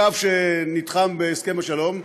הקו שנתחם בהסכם השלום,